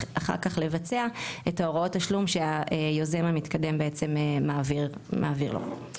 אחר כך לבצע את הוראות התשלום שהיוזם המתקדם בעצם מעביר לו.